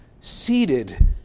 seated